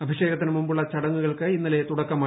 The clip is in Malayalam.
അഭിഷേകത്തിന് മുമ്പുള്ള ചടങ്ങുകൾക്ക് ഇന്നലെ തുടക്കമായി